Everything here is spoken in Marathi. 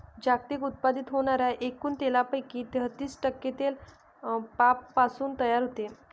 जगात उत्पादित होणाऱ्या एकूण तेलापैकी तेहतीस टक्के तेल पामपासून तयार होते